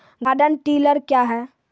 Garden tiller क्या हैं?